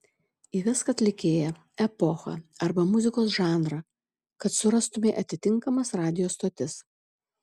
įvesk atlikėją epochą arba muzikos žanrą kad surastumei atitinkamas radijo stotis